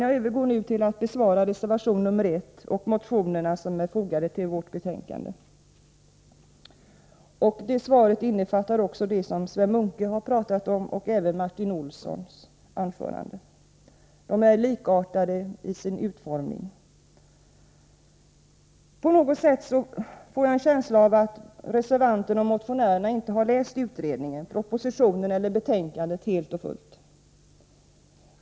Jag övergår nu till att beröra reservation nr 1 och de motioner som behandlas i betänkandet. Jag svarar då också på de frågor som Sven Munke och Martin Olsson har tagit upp och som är likartade i sin utformning. På något sätt får jag en känsla av att reservanterna och motionärerna inte har läst utredningen, propositionen eller betänkandet helt och fullt.